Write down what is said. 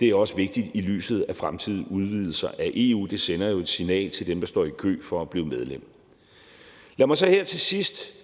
Det er også vigtigt i lyset af fremtidige udvidelser af EU. Det sender jo et signal til dem, der står i kø for at blive medlem. Lad mig så her til sidst